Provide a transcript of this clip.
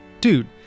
dude